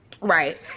Right